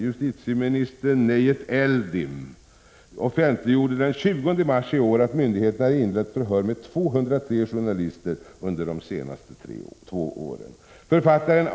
Justitieminister Nejat Eldem offentliggjorde den 20 mars i år att myndigheterna inlett förhör med 203 journalister under de senaste två åren.